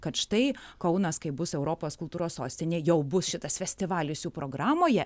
kad štai kaunas kai bus europos kultūros sostinė jau bus šitas festivalis jų programoje